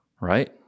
right